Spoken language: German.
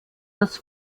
das